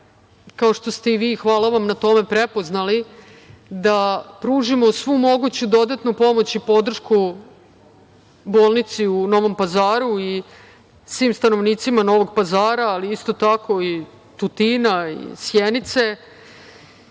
kao što ste i vi, hvala vam na tome, prepoznali, pružimo svu moguću dodatnu pomoć i podršku bolnici u Novom Pazaru i svim stanovnicima Novog Pazara, ali, isto tako, i Tutina i Sjenice